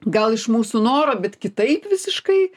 gal iš mūsų noro bet kitaip visiškai